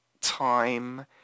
time